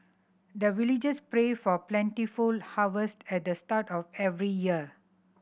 the villagers pray for plentiful harvest at the start of every year